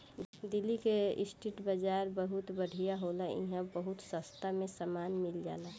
दिल्ली के स्ट्रीट बाजार बहुत बढ़िया होला इहां बहुत सास्ता में सामान मिल जाला